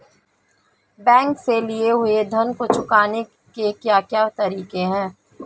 Bank से लिए हुए ऋण को चुकाने के क्या क्या तरीके हैं?